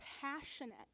passionate